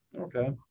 Okay